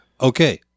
Okay